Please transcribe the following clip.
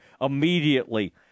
immediately